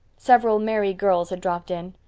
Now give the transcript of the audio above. several merry girls had dropped in.